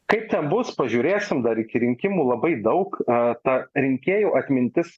kaip ten bus pažiūrėsim dar iki rinkimų labai daug a tą rinkėjų atmintis